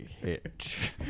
Hitch